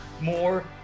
more